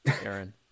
Aaron